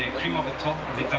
cream of the top of